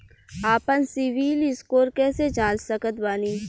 आपन सीबील स्कोर कैसे जांच सकत बानी?